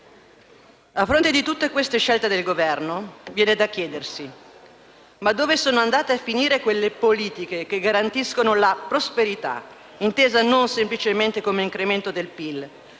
A fronte di tutte queste scelte del Governo, viene da chiedersi: ma dove sono andate a finire quelle politiche che garantiscono la prosperità, intesa non semplicemente come incremento del PIL, ma come una prosperità condivisa,